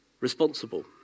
responsible